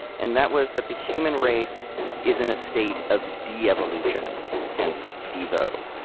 and that was that the human race is in a state of devolution. hence, devo.